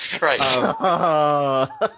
Right